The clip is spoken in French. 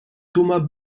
thomas